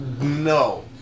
No